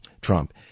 Trump